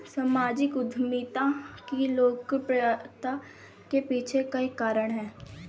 सामाजिक उद्यमिता की लोकप्रियता के पीछे कई कारण है